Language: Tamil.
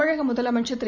தமிழக முதலமைச்சர் திரு